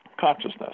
consciousness